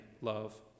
love